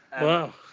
Wow